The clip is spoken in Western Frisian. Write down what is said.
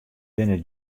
binne